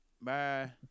Bye